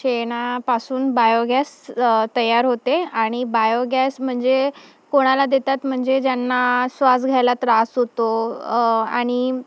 शेणापासून बायोगॅस तयार होते आणि बायोगॅस म्हणजे कोणाला देतात म्हणजे ज्यांना श्वास घ्यायला त्रास होतो आणि